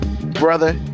Brother